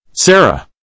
Sarah